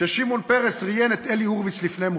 ששמעון פרס ראיין את אלי הורביץ לפני מותו.